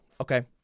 okay